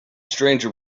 stranger